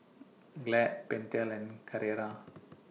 Glad Pentel and Carrera